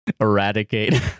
Eradicate